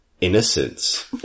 Innocence